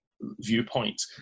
viewpoint